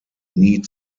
nie